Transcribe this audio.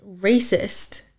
racist